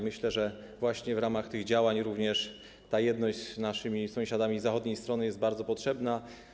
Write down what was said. Myślę, że w ramach tych działań również jedność z naszymi sąsiadami z zachodniej strony jest bardzo potrzebna.